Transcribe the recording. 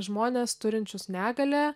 žmones turinčius negalią